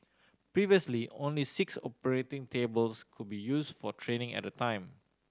previously only six operating tables could be used for training at a time